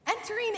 Entering